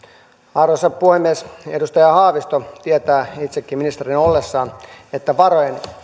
arvoisa puhemies edustaja haavisto tietää itsekin ministerinä ollessaan että varojen